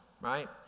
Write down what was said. right